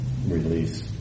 release